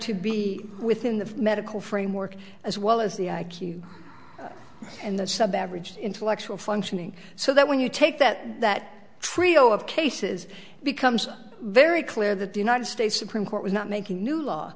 to be within the medical framework as well as the i q and the sub average intellectual functioning so that when you take that that trio of cases it becomes very clear that the united states supreme court was not making a new law